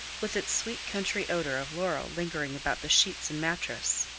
with its sweet country odor of laurel lingering about the sheets and mattress!